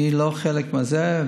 אני לא חלק מזה.